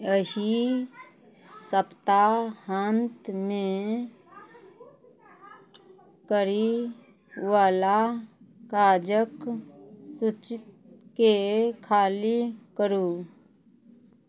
एहि सप्ताहान्तमे करीवला काजके सूचिकेँ खाली करू